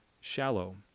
shallow